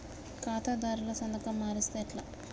ఖాతాదారుల సంతకం మరిస్తే ఎట్లా?